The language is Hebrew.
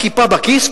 הכיפה בכיס,